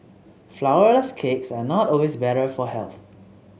flourless cakes are not always better for health